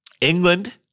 England